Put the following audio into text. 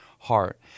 Heart